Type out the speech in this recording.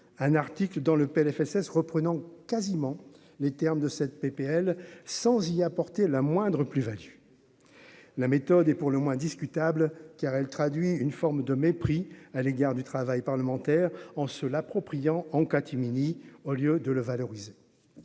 un article dans le PLFSS reprenant quasiment les termes de cette PPL sans y apporter la moindre plus-Value, la méthode est pour le moins discutable car elle traduit une forme de mépris à l'égard du travail parlementaire en se l'appropriant en catimini, au lieu de le valoriser,